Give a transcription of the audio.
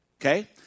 Okay